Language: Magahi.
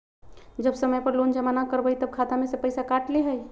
जब समय पर लोन जमा न करवई तब खाता में से पईसा काट लेहई?